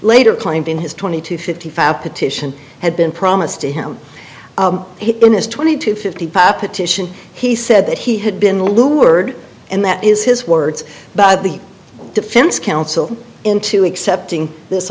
later claimed in his twenty to fifty five petition had been promised to him in his twenty two fifty five petition he said that he had been lured and that is his words but the defense counsel into accepting this